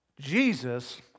Jesus